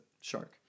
shark